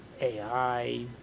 AI